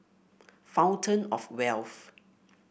Fountain Of Wealth